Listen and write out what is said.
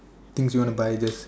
things you want to buy just